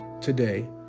today